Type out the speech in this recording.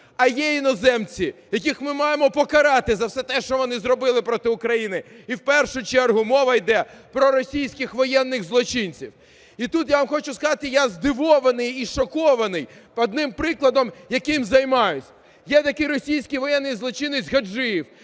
а є іноземці, яких ми маємо покарати за все те, що вони зробили проти України. І в першу чергу мова йде про російських воєнних злочинців. І тут я вам хочу сказати, я здивований і шокований одним прикладом, яким займаюсь. Є такий російський воєнний злочинець Гаджиєв.